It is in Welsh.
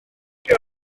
liw